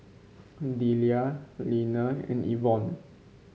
Deliah Leaner and Ivonne